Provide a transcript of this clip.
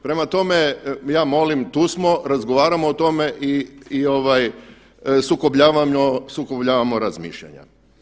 Prema tome, ja molim tu smo, razgovaramo o tome i ovaj sukobljavamo razmišljanja.